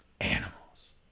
Animals